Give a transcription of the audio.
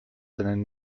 seinen